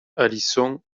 alison